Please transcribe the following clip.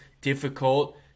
difficult